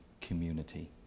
community